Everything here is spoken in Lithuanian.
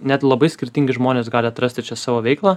net labai skirtingi žmonės gali atrasti čia savo veiklą